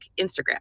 Instagram